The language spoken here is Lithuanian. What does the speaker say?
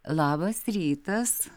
labas rytas